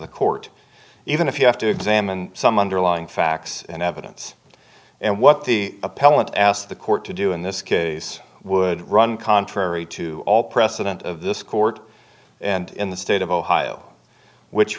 the court even if you have to examine some underlying facts and evidence and what the appellant asked the court to do in this case would run contrary to all precedent of this court and in the state of ohio which